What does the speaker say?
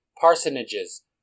parsonages